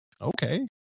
okay